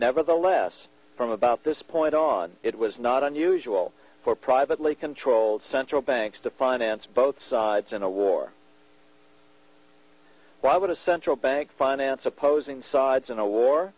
nevertheless from about this point on it was not unusual for privately controlled central banks to finance both sides in a war why would a central bank finance opposing sides in a war